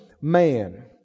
man